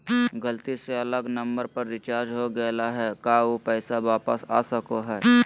गलती से अलग नंबर पर रिचार्ज हो गेलै है का ऊ पैसा वापस आ सको है?